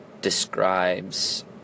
describes